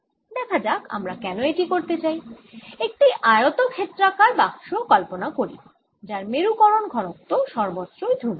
দেখা যাক আমরা কেন এটি করতে চাই একটি আয়তক্ষেত্রাকার বাক্স কল্পনা করি যার মেরুকরণ ঘনত্ব সর্বত্র ধ্রুবক